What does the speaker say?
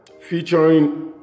featuring